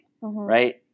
right